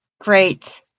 great